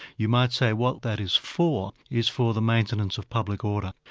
you might say what that is for is for the maintenance of public order,